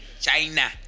China